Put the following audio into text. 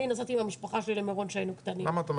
אני נסעתי עם המשפחה שלי למירון כשהיינו קטנים.